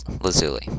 lazuli